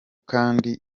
kandi